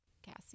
Cassie